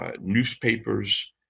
newspapers